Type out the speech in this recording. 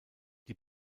die